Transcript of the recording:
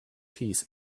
piece